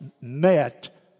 met